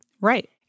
Right